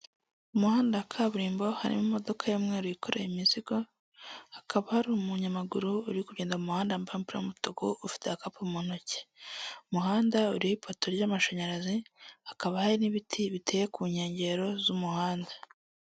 Umuhanda wa kaburimbo harimo imodoka y'umwaru yikoreye imizigo, hakaba hari umunyamaguru uri kugenda mu muhanda wambaye umupira w'umutuku ufite agakapu mu ntoki, umuhanda uriho ipoto ry'amashanyarazi hakaba hari n'ibiti biteye ku nkengero z'umuhanda.